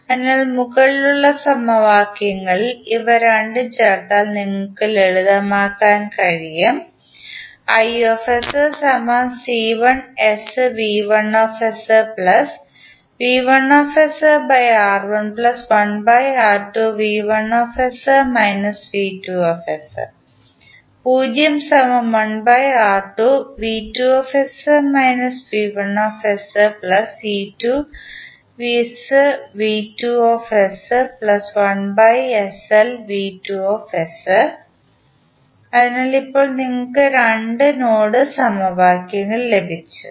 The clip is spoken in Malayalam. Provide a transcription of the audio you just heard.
അതിനാൽ മുകളിലുള്ള സമവാക്യങ്ങളിൽ ഇവ രണ്ടും ചേർത്താൽ നിങ്ങൾക്ക് ലളിതമാക്കാൻ കഴിയും അതിനാൽ ഇപ്പോൾ നിങ്ങൾക്ക് രണ്ട് നോഡ് സമവാക്യങ്ങൾ ലഭിച്ചു